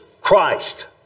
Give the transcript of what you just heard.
Christ